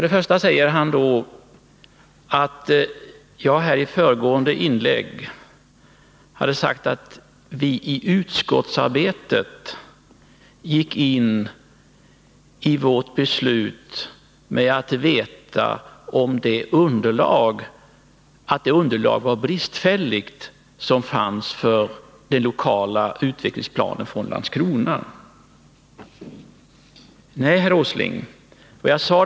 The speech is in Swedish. Den ena var när han påstod att jag i mitt föregående inlägg hade sagt att vi i utskottsarbetet gick in i vårt beslut med vetskap om att det underlag som fanns för den lokala utvecklingsplanen var bristfälligt. Nej, herr Åsling, så sade jag inte.